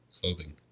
clothing